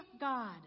God